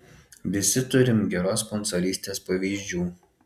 visi turim geros sponsorystės pavyzdžių